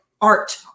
art